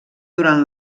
durant